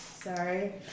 Sorry